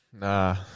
Nah